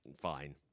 fine